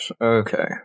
okay